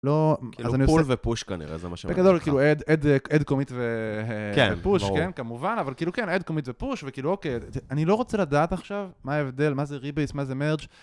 פול ופוש כנראה, זה מה שאני מדבר איתך. בגדול, כאילו, אד קומיט ופוש, כן, כמובן, אבל כאילו, כן, אין קומיט ופוש, וכאילו, אוקיי. אני לא רוצה לדעת עכשיו מה ההבדל, מה זה ריבייס, מה זה מרג'.